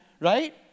right